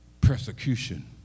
persecution